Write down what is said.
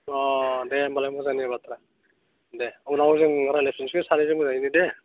अ दे होमब्लालाय मोजांनि बाथ्रा दे उनाव जों रायज्लायसिगोन सानैजों मोजाङैनो दे